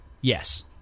Yes